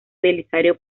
belisario